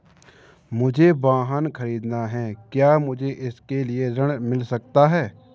मुझे वाहन ख़रीदना है क्या मुझे इसके लिए ऋण मिल सकता है?